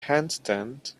handstand